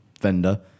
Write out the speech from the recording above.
vendor